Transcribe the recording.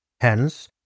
Hence